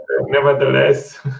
nevertheless